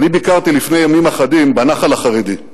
אני ביקרתי לפני ימים אחדים בנח"ל החרדי.